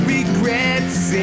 Regrets